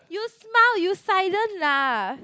you smile you silent laugh